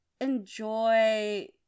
enjoy